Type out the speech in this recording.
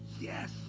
Yes